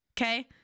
okay